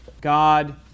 God